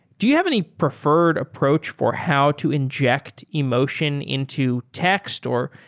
do you have any preferred approach for how to inject emotion into tech store?